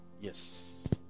Yes